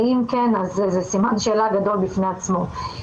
ואם כן זה סימן שאלה גדול בפני עצמו.